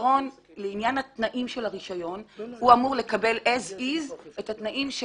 הוא אמור לקבל as is את התנאים של